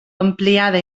ampliada